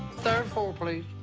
third floor,